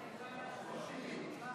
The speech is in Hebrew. הסתייגות 4 לא נתקבלה.